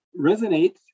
Resonate